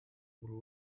would